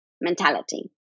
mentality